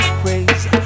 praise